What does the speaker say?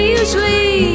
usually